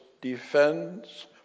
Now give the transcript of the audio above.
defense